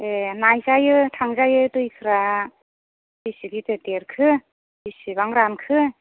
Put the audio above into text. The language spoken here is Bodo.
ए नायजायो थांजायो दैफ्रा बिसि गेदेर देरखो बिसिबां रानखो